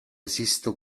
sisto